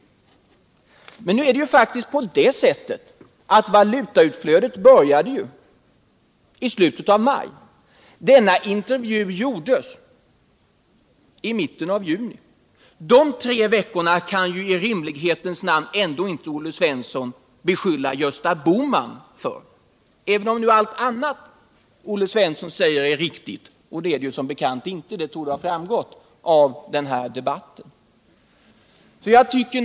Valutautflödet började i slutet av maj. Denna intervju gjordes i mitten av juni. Vad som hände under dessa tre veckor kan man i rimlighetens namn inte beskylla Gösta Bohman för. Det som Olle Svensson säger är inte riktigt, vilket tydligt har framgått av den här debatten. Herr talman!